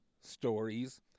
Stories